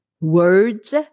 words